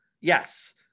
yes